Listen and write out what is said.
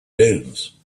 dunes